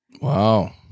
Wow